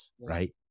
right